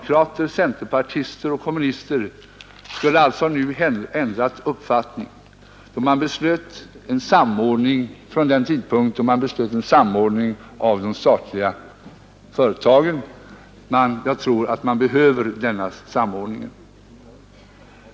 kommunister skulle alltså nu ha ändrat uppfattning från den tidpunkt då man beslöt en samordning av de statliga företagen. Jag tror att man behöver denna samordning.